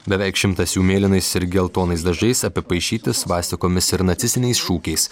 beveik šimtas jų mėlynais ir geltonais dažais apipaišyti svastikomis ir nacistiniais šūkiais